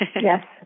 Yes